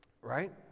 right